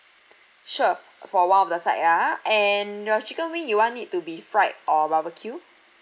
sure for one of the side ah and your chicken wing you want it to be fried or barbecue